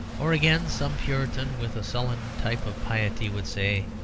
or again, some puritan with a sullen type of piety would say,